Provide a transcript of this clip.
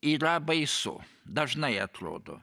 yra baisu dažnai atrodo